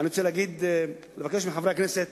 אני רוצה לבקש מחברי הכנסת